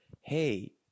hey